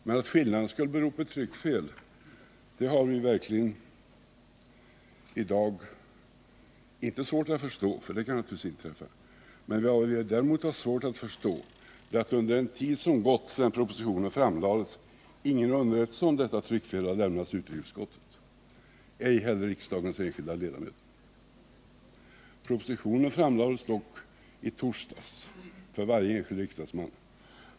Vi har inte svårt att förstå att ett tryckfel kan uppstå — sådant händer. Men vad vi har svårt att förstå är att under den tid som gått sedan propositionen framlades ingen underrättelse om detta fel lämnats utrikesutskottet eller riksdagens enskilda ledamöter. Propositionen framlades i torsdags för varje enskild riksdagsman.